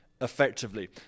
effectively